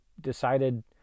decided